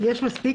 יש מספיק.